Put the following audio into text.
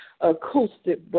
acoustic